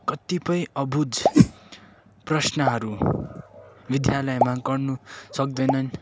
कतिपय अबुझ प्रश्नहरू विद्यालयमा गर्नु सक्दैनन्